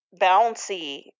bouncy